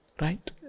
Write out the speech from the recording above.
right